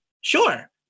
Sure